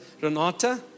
Renata